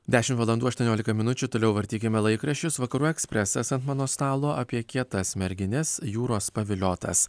dešim valandų aštuoniolika minučių toliau vartykime laikraščius vakarų ekspresas ant mano stalo apie kietas merginas jūros paviliotas